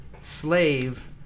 slave